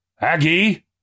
Aggie